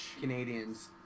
Canadians